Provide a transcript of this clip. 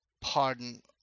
pardon